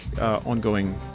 ongoing